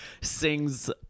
sings